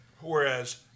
Whereas